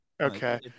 Okay